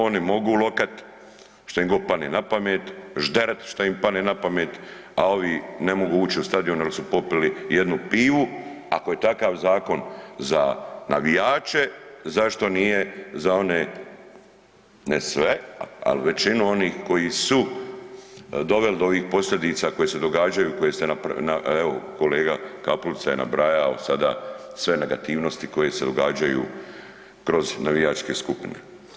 Oni mogu lokat što im god padne na pamet, žderat što im padne na pamet, a ovi ne mogu uć u stadion jer su popili jednu pivu, ako je takav zakon za navijače, zašto nije za one, ne sve, ali većinu onih koji su doveli do ovih posljedica koje se događaju, koje ste evo kolega Kapulica je nabrajao sada sve negativnosti koje se događaju kroz navijačke skupine.